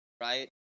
right